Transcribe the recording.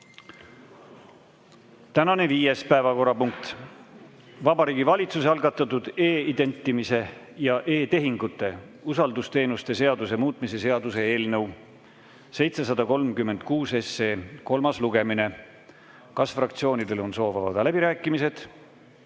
Tänane viies päevakorrapunkt: Vabariigi Valitsuse algatatud e‑identimise ja e‑tehingute usaldusteenuste seaduse muutmise seaduse eelnõu 736 kolmas lugemine. Kas fraktsioonidel on soov avada läbirääkimised?